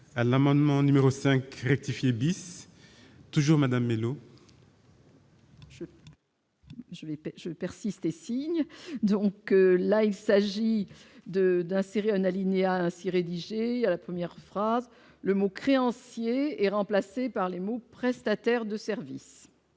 à l'amendement numéro 5 rectifier bis toujours Madame Mellow. Je vais, je persiste et signe, donc là il s'agit de d'insérer un alinéa ainsi rédigé à la première phrase le mot créanciers et remplacé par les mots prestataires de service.